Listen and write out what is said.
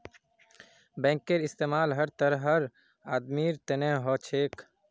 बैंकेर इस्तमाल हर तरहर आदमीर तने हो छेक